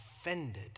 offended